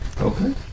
okay